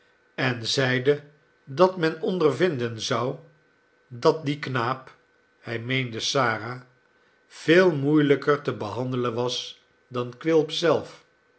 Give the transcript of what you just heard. en zeide dat men ondervinden zou dat die knaap hij meende sara veel moeielijker te behandelen was dan quilp zelf